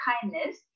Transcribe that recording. kindness